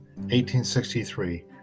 1863